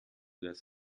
das